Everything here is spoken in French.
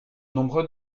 nombreux